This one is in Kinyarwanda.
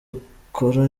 ukora